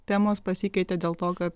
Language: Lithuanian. temos pasikeitė dėl to kad